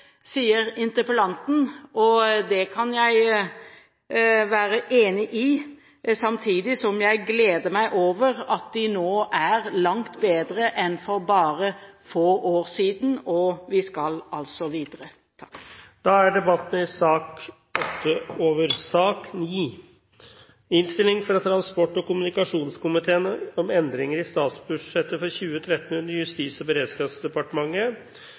sier interpellanten, og det kan jeg være enig i. Samtidig gleder jeg meg over at de nå er langt bedre enn for bare få år siden, og vi skal altså videre. Dermed er debatten i sak nr. 8 avsluttet. I Prop. 77 S for 2012–2013 om endringer i statsbudsjettet for 2013 under Justis- og beredskapsdepartementet,